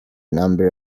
number